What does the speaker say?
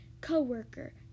co-worker